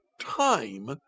time